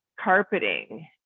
carpeting